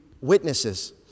Witnesses